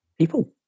people